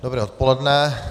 Dobré odpoledne.